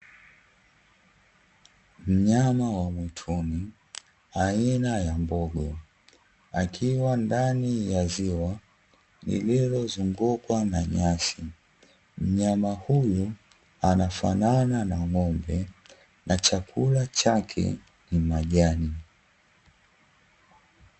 Mnyama wa mwituni aina ya mbogo akiwa ndani ya ziwa lililozungukwa na nyasi, mnyama huyu anafanana na ng’ombe na chakula chake ni majani.